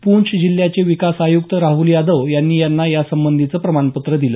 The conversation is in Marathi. पूंछ जिल्ह्याचे विकास आयुक्त राहुल यादव यांनी त्यांना यासंबंधीचं प्रमाणपत्र प्रदान केलं